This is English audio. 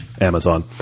Amazon